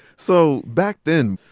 so back then,